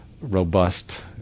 robust